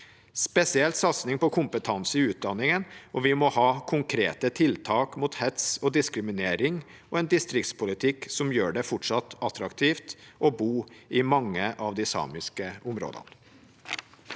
spesielt satsing på kompetanse i utdanningen, og så må vi ha konkrete tiltak mot hets og diskriminering og en distriktspolitikk som gjør det fortsatt attraktivt å bo i mange av de samiske områdene.